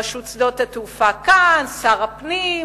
רשות שדות התעופה כאן, שר הפנים,